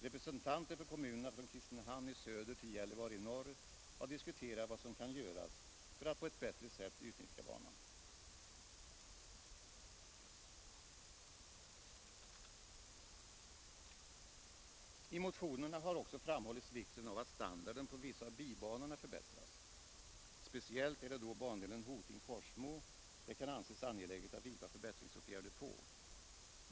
Representanter för kommunerna från Kristinehamn i söder till Gällivare i norr har diskuterat vad som kan göras för att på ett bättre sätt utnyttja banan. I motionerna har också framhållits vikten av att standarden på vissa av bibanorna förbättras. Speciellt är det på bandelen Hoting—Forsmo som det kan anses angeläget att vidta förbättringsåtgärder.